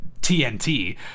TNT